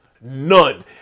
None